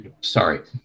sorry